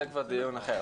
זה כבר דיון אחר,